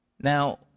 Now